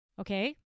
Okay